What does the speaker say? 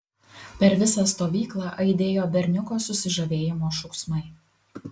per visą stovyklą aidėjo berniuko susižavėjimo šūksmai